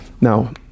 Now